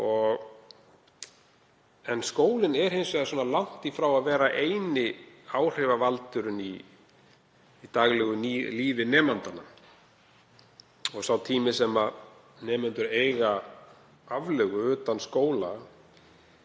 en skólinn er hins vegar langt frá því að vera eini áhrifavaldurinn í daglegu lífi nemendanna. Sá tími sem nemendur eiga aflögu utan skóla